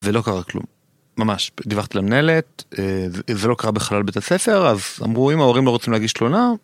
ולא קרה כלום, ממש, דיווחת למנהלת, זה לא קרה בחלל בבית הספר, אז אמרו, אם ההורים לא רוצים להגיש תלונה.